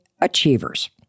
achievers